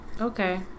Okay